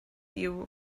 you